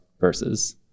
Versus